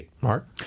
Mark